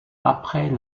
après